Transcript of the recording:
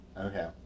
Okay